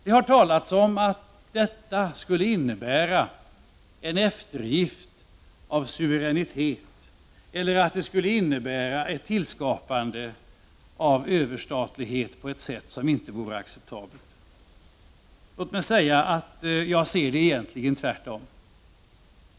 Det har talats om att detta skulle innebära en eftergift av suveränitet, eller att det skulle innebära ett tillskapande av överstatlighet på ett sätt som inte vore acceptabelt. Låt mig säga att jag ser det egentligen tvärtom.